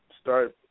start